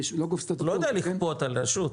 גוף סטטוטורי -- הוא לא יודע לכפות על רשות,